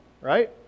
right